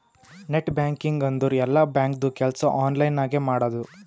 net banking ಅಂದುರ್ ಎಲ್ಲಾ ಬ್ಯಾಂಕ್ದು ಕೆಲ್ಸಾ ಆನ್ಲೈನ್ ನಾಗೆ ಮಾಡದು